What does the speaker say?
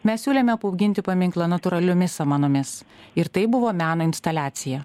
mes siūlėme apauginti paminklą natūraliomis samanomis ir tai buvo meno instaliacija